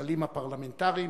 לכללים הפרלמנטריים.